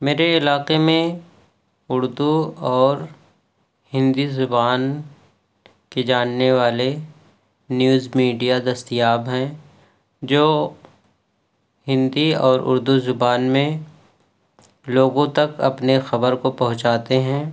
میرے علاقے میں اردو اور ہندی زبان کے جاننے والے نیوز میڈیا دستیاب ہیں جو ہندی اور اردو زبان میں لوگوں تک اپنے خبر کو پہنچاتے ہیں